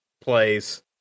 plays